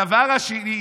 הדבר השני,